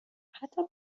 حتی